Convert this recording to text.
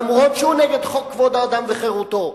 למרות שזה נגד חוק כבוד האדם וחירותו,